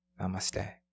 Namaste